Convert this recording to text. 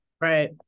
right